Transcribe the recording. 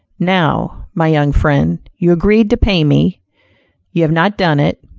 now, my young friend, you agreed to pay me you have not done it,